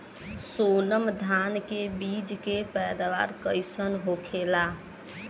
सोनम धान के बिज के पैदावार कइसन होखेला?